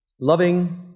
Loving